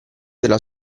della